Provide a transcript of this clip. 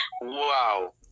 Wow